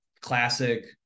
classic